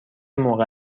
موقع